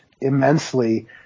immensely